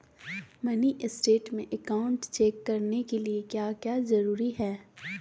Mini state में account check करने के लिए क्या क्या जरूरी है?